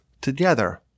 together